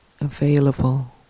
Available